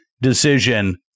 decision